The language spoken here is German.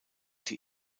die